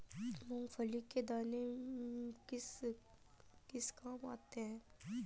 मूंगफली के दाने किस किस काम आते हैं?